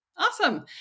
Awesome